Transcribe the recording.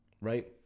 right